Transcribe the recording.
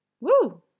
Woo